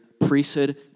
priesthood